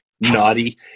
Naughty